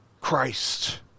Christ